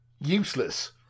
useless